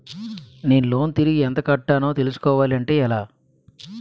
నేను లోన్ తిరిగి ఎంత కట్టానో తెలుసుకోవాలి అంటే ఎలా?